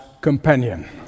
companion